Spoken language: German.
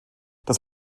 das